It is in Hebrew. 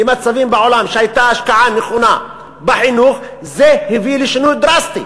למצבים בעולם שהייתה השקעה נכונה בחינוך וזה הביא לשינוי דרסטי.